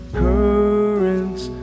currents